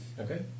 Okay